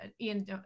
Ian